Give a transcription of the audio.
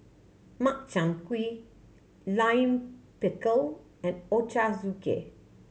Makchang Gui Lime Pickle and Ochazuke